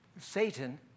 Satan